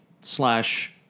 slash